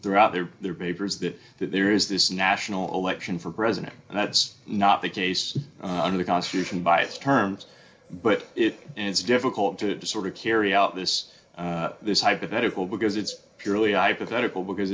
throughout there there are papers that there is this national election for president and that's not the case under the constitution by its terms but it is difficult to sort of carry out this this hypothetical because it's purely hypothetical because